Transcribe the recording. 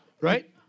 Right